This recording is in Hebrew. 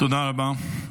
תודה רבה.